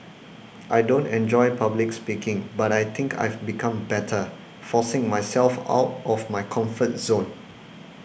I don't enjoy public speaking but I think I've become better forcing myself out of my comfort zone